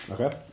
Okay